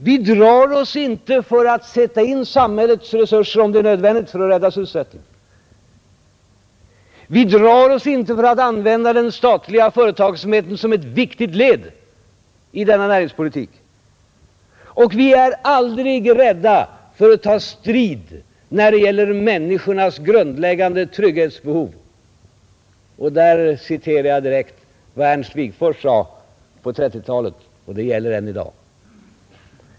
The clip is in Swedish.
Vi drar oss inte för att sätta in samhällets resurser, om det är nödvändigt för att rädda sysselsättningen. Vi drar oss inte för att använda den statliga företagsamheten som ett viktigt led i denna näringspolitik och vi är aldrig rädda för att ta strid när det gäller människornas grundläggande trygghetsbehov. Där åberopar jag direkt vad Ernst Wigforss sade på 1930-talet. Det gäller än i dag.